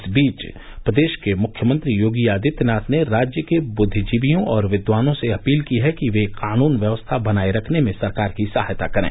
इस बीच प्रदेश के मुख्यमंत्री योगी आदित्यनाथ ने राज्य के बुद्धिजीवियों और विद्वानों से अपील की है कि वे कानन व्यवस्था बनाये रखने में सरकार की सहायता करे